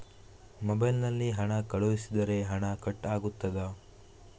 Mobile ನಲ್ಲಿ ಹಣ ಕಳುಹಿಸಿದರೆ ಹಣ ಕಟ್ ಆಗುತ್ತದಾ?